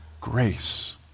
grace